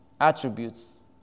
attributes